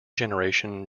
generation